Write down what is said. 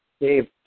Dave